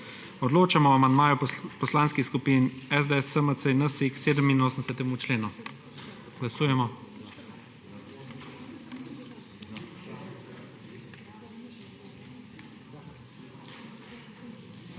Odločamo o amandmaju poslanskih skupin SDS, SMC in NSi k 87. členu. Glasujemo.